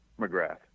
McGrath